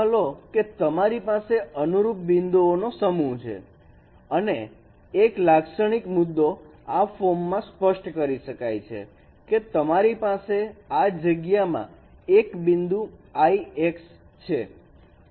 ધ્યાનમાં લો અમારી પાસે અનુરૂપ બિંદુઓની સમૂહ છે અને એક લાક્ષણિક મુદ્દો આ ફોર્મ માં સ્પષ્ટ કરી શકાય છે કે તમારી પાસે આ જગ્યામાં એક બિંદુ i x છે